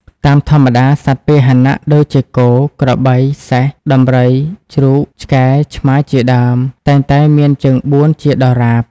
តាមធម្មតា សត្វពាហនៈដូចជាគោ ក្របី សេះ ដំរី ជ្រូក ឆ្កែ ឆ្មា ជាដើម តែងតែមានជើងបួនជាដរាប។